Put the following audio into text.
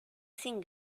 sin